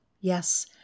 Yes